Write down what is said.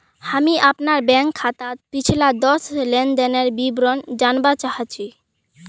हामी अपनार बैंक खाताक पिछला दस लेनदनेर विवरण जनवा चाह छि